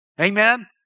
Amen